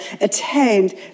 attained